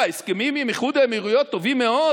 ההסכמים עם איחוד האמירויות טובים מאוד,